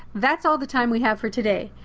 that's all the time we have for today.